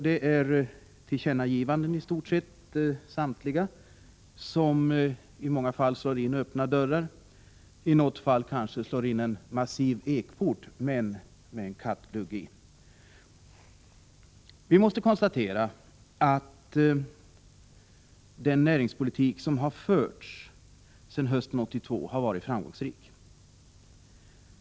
De har i stort sett samtliga gjort tillkännagivanden som i många fall slår in öppna dörrar, men i något fall slår in en massiv ekport, dock med en kattglugg i. Vi måste konstatera att den näringspolitik som förts sedan hösten 1982 har varit framgångsrik.